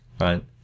Right